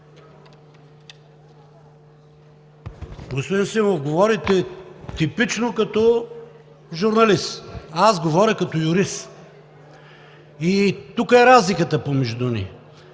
Господин Симов, говорите типично като журналист, а аз говоря като юрист и тук е разликата помежду ни.